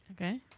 Okay